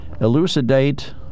elucidate